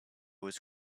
was